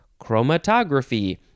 chromatography